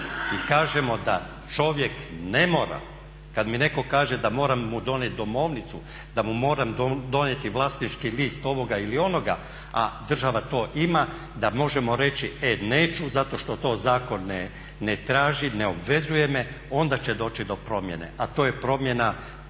i kažemo da čovjek ne mora, kad mi netko kaže da moram mu donijeti domovnicu, da mu moram donijeti vlasnički list ovoga ili onoga a država to ima da možemo reći e neću zato što to zakon ne traži, ne obvezuje me onda će doći do promjene. A to je promjena,